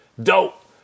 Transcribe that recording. Dope